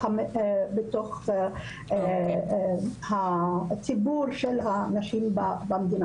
בתוך הציבור של הנשים במדינה.